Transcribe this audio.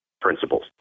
principles